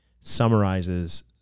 summarizes